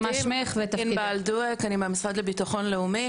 ענבל דואק, אני מהמשרד לביטחון לאומי,